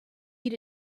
eat